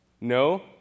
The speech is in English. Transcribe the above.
No